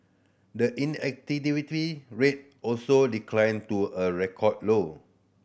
the rate also declined to a record low